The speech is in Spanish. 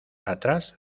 atrás